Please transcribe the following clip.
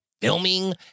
filming